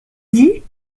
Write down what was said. dit